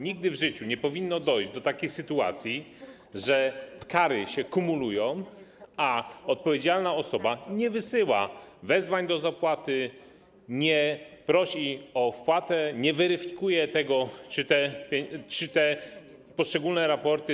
Nigdy w życiu nie powinno dojść do takiej sytuacji, że kary się kumulują, a odpowiedzialna osoba nie wysyła wezwań do zapłaty, nie prosi o wpłatę, nie weryfikuje tego, czy spłynęły poszczególne raporty.